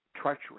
treacherous